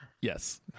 Yes